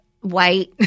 White